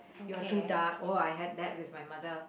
you are too dark oh I had that with my mother